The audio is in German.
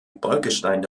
bolkestein